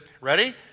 Ready